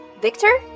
Victor